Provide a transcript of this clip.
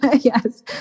Yes